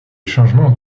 changements